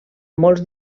molts